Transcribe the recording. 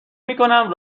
میکنم